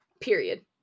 period